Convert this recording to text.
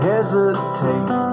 Hesitate